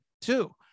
two